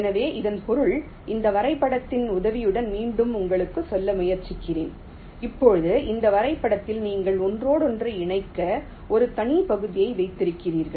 எனவே இதன் பொருள் இந்த வரைபடத்தின் உதவியுடன் மீண்டும் உங்களுக்குச் சொல்ல முயற்சிக்கிறேன் இப்போது இந்த வரைபடத்தில் நீங்கள் ஒன்றோடொன்று இணைக்க ஒரு தனி பகுதியை வைத்திருக்கிறீர்கள்